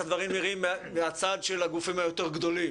הדברים נראים מהצד של הגופים היותר גדולים.